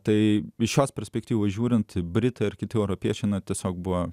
tai iš šios perspektyvos žiūrint brito ir kiti europiečiai tiesiog buvo